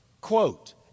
Quote